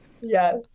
Yes